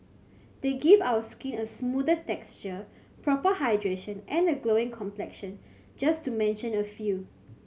they give our skin a smoother texture proper hydration and a glowing complexion just to mention a few